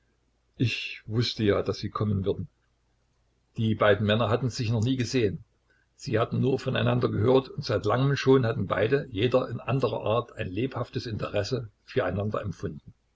ich wußte ja daß sie kommen würden die beiden männer hatten sich noch nie gesehen sie hatten nur von einander gehört und seit langem schon hatten beide jeder in anderer art ein lebhaftes interesse für einander empfunden